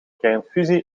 kernfusie